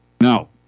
Now